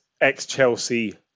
ex-Chelsea